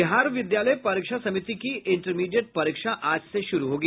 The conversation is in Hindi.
बिहार विद्यालय परीक्षा समिति की इंटरमीडिएट परीक्षा आज से शुरू होगी